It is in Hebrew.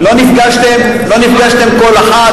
לא נפגשתם כל החג,